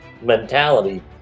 mentality